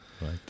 Right